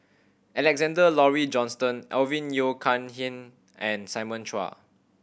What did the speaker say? Alexander Laurie Johnston Alvin Yeo Khirn Hai and Simon Chua